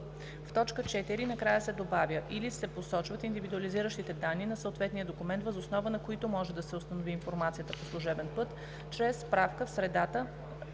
в т. 4 накрая се добавя „или се посочват индивидуализиращите данни на съответния документ, въз основа на които може да се установи информацията по служебен път чрез справка в средата